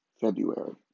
February